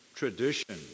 Tradition